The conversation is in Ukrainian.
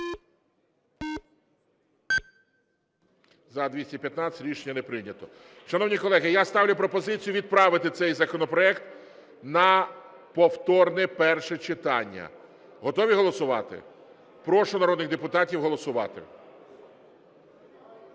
За-215 Рішення не прийнято. Шановні колеги, я ставлю пропозицію відправити цей законопроект на повторне перше читання. Готові голосувати? Прошу народних депутатів голосувати.